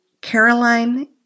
Caroline